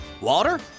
Water